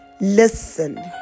listen